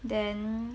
then